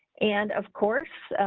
and, of course,